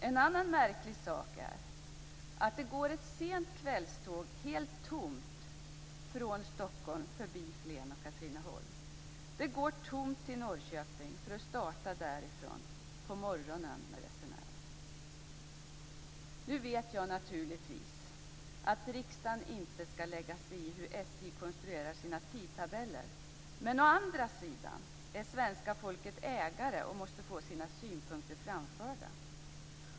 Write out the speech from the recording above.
En annan märklig sak är att det går ett sent kvällståg helt tomt från Stockholm förbi Flen och Katrineholm. Det går tomt till Jag vet naturligtvis att riksdagen inte skall lägga sig i hur SJ konstruerar sina tidtabeller. Men å andra sidan är svenska folket ägare och måste få sina synpunkter framförda.